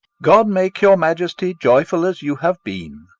god make your majesty joyful as you have been!